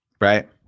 Right